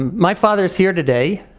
um my father's here today,